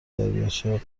دریاچه